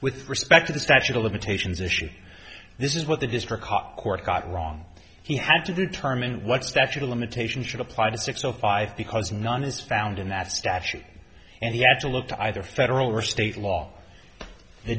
with respect to the statute of limitations issue this is what the district court got wrong he had to determine what statute of limitations should apply to six o five because none is found in that statute and he had to look to either federal or state law the